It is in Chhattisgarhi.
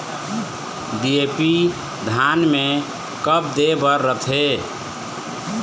डी.ए.पी धान मे कब दे बर रथे?